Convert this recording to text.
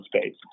space